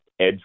edge